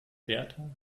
wärter